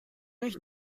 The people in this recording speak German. mich